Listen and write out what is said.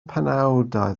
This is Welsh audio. penawdau